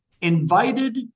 invited